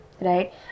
right